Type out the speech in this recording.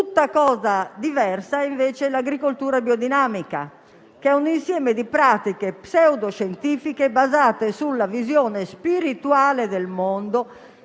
tutto diversa è invece l'agricoltura biodinamica, che è un insieme di pratiche pseudo-scientifiche, basate sulla visione spirituale del mondo,